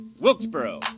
Wilkesboro